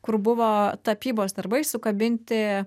kur buvo tapybos darbai sukabinti